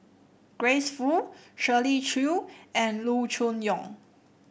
Grace Fu Shirley Chew and Loo Choon Yong